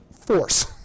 force